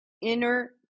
inner